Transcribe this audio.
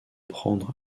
prendre